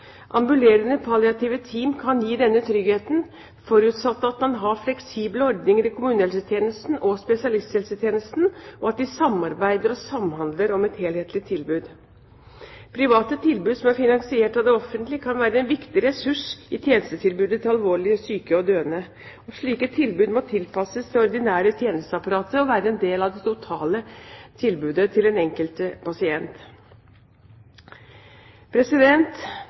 Ambulerende palliative team kan gi denne tryggheten, forutsatt at man har fleksible ordninger i kommunehelsetjenesten og spesialisthelsetjenesten, og at de samarbeider og samhandler om et helhetlig tilbud. Private tilbud som er finansiert av det offentlige, kan være en viktig ressurs i tjenestetilbudene til alvorlig syke og døende. Slike tilbud må tilpasses det ordinære tjenesteapparatet og være en del av det totale tilbudet til den enkelte pasient.